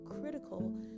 critical